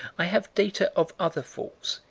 i have data of other falls,